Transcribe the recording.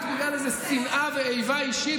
רק בגלל איזו שנאה ואיבה אישית,